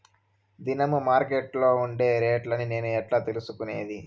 దినము మార్కెట్లో ఉండే రేట్లని నేను ఎట్లా తెలుసుకునేది?